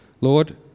Lord